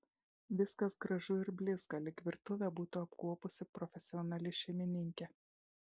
viskas gražu ir blizga lyg virtuvę būtų apkuopusi profesionali šeimininkė